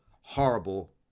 Horrible